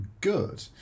good